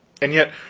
and yet,